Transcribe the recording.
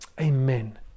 Amen